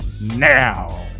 now